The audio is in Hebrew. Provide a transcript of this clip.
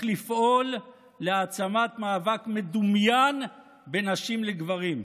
לפעול להעצמת מאבק מדומיין בין נשים לגברים.